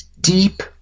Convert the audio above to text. deep